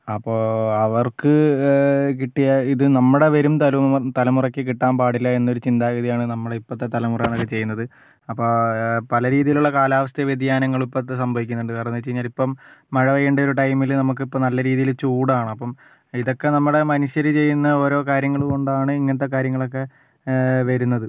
അപ്പം അവർക്ക് കിട്ടിയ ഇത് നമ്മുടെ വരും തലമുറയ്ക്ക് കിട്ടാൻ പാടില്ല എന്നൊരു ചിന്താഗതി ആണ് നമ്മുടെ ഇപ്പോളത്തെ തല മുറകള് ചെയ്യുന്നത് അപ്പം പല രീതിലുള്ള കാലാവസ്ഥ വ്യതിയാനങ്ങളും ഇപ്പം ഇത് സംഭവിക്കുന്നുണ്ട് കാരണം എന്ന് വെച്ചാല് ഇപ്പം മഴ പെയ്യേണ്ട ഒരു ടൈമില് നമുക്ക് ഇപ്പം നല്ല രീതിയില് ചൂടാണ് അപ്പം ഇതൊക്കെ നമ്മുടെ മനുഷ്യര് ചെയ്യുന്ന ഓരോ കാര്യങ്ങള് കൊണ്ടാണ് ഇങ്ങനത്തെ കാര്യങ്ങളൊക്കെ വരുന്നത്